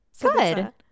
good